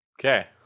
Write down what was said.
Okay